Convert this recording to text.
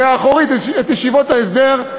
מהאחורית את ישיבות ההסדר.